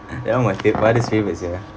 that one my fav~ my mother's favourites ya